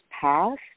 passed